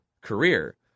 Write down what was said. career